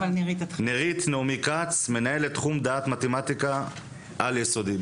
נרית נעמי כץ, מנהלת תחום דעת מתמטיקה על יסודי.